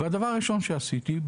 והדבר הראשון שעשיתי,